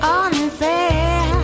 unfair